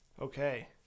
Okay